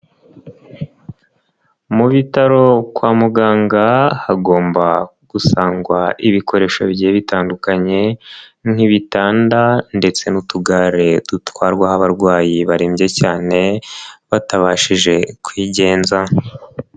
Mu bitaro kwa muganga hagomba gusangwa ibikoresho bigiye bitandukanye nk'ibitanda ndetse n'utugare dutwarwaho abarwayi barembye cyane batabashije kwigenza.